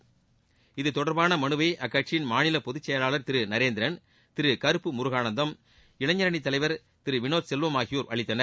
முதலமைச்சர் துதொடர்பான மனுவை அக்கட்சியின் மாநில பொதுச்செயவாளர் திரு நரேந்திரன் திரு கருப்பு முருகானந்தம் இளைஞர் அனித் தலைவர் திரு வினோத் செல்வம் ஆகியோர் அளித்தனர்